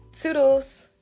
Toodles